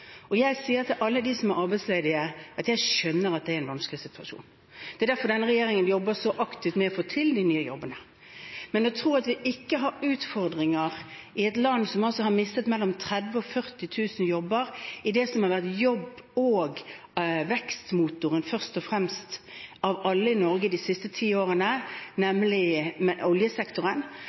Jeg sier til alle dem som er arbeidsledige, at jeg skjønner at det er en vanskelig situasjon. Det er derfor denne regjeringen jobber så aktivt med å få til de nye jobbene. Men å tro at vi ikke får utfordringer i et land som altså har mistet mellom 30 000 og 40 000 jobber i det som har vært den fremste jobb- og vekstmotoren i Norge de siste ti årene, nemlig oljesektoren